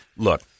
Look